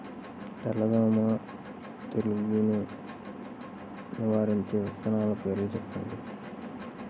తెల్లదోమ తెగులును నివారించే విత్తనాల పేర్లు చెప్పండి?